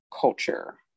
culture